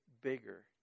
bigger